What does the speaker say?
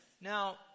Now